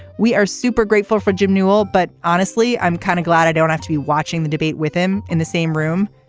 we are super grateful for jim newell but honestly i'm kind of glad i don't have to be watching the debate with him in the same room.